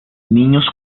niños